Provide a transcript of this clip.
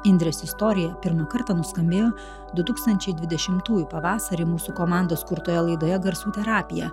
indrės istorija pirmą kartą nuskambėjo du tūkstančiai dvidešimtųjų pavasarį mūsų komandos kurtoje laidoje garsų terapija